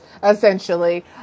essentially